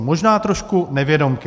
Možná trošku nevědomky.